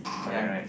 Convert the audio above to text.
ya